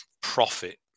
profit